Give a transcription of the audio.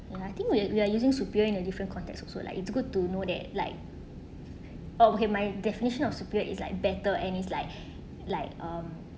and I think we are we are using superior in a different context also like it's good to know that like oh okay my definition of superior is like better and is like like um